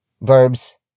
verbs